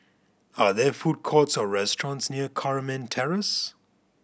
are there food courts or restaurants near Carmen Terrace